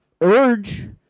Urge